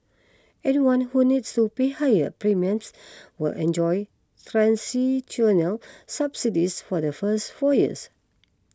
anyone who needs to pay higher premiums will enjoy transitional subsidies for the first four years